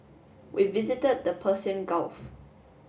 we visited the Persian Gulf